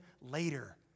later